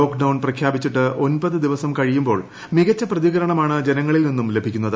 lockdown പ്രഖ്യാപിച്ചിട്ട് ഒൻപത് ദിവസം കഴിയുമ്പോൾ മികച്ച പ്രതികരണമാണ് ജനങ്ങളിൽ നിന്നും ലഭിക്കുന്നത്